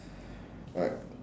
alright